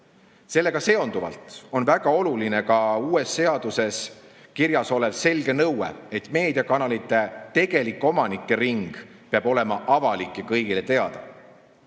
Sellega seonduvalt on väga oluline ka uues seaduses kirjas olev selge nõue, et meediakanalite tegelike omanike ring peab olema avalik ja kõigile teada.